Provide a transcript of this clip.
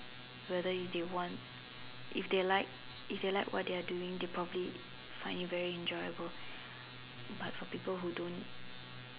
whether if they want if they like if they like what they are doing they probably find it very enjoyable but for people who don't